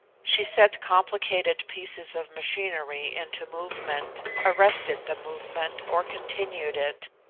she set complicated pieces of machinery into movement, arrested the movement or continued it,